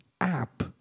app